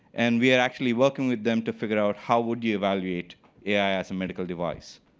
and we are actually working with them to figure out how would you evaluate ai as a medical device?